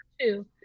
two